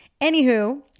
Anywho